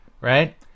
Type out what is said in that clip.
right